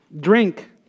drink